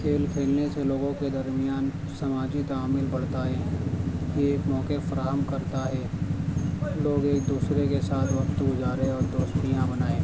کھیل کھیلنے سے لوگوں کے درمیان سماجی تعامل بڑھتا ہے یہ موقعے فراہم کرتا ہے لوگ ایک دوسرے کے ساتھ وقت گزارے اور دوستیاں بنائیں